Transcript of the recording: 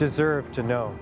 deserve to know